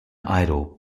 idol